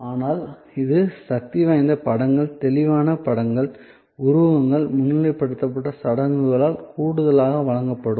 ஆனால் இது சக்திவாய்ந்த படங்கள் தெளிவான படங்கள் உருவகங்கள் முன்னிலைப்படுத்த சடங்குகளால் கூடுதலாக வழங்கப்படும்